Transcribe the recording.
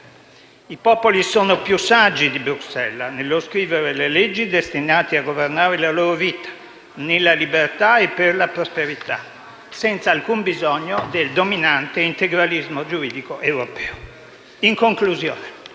I popoli sono più saggi di Bruxelles nello scrivere le leggi destinate a governare la loro vita nella libertà e per la prosperità, senza alcun bisogno del dominante integralismo giuridico europeo. In conclusione,